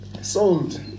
sold